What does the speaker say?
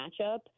matchup